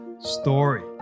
story